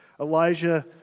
Elijah